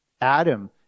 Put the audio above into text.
Adam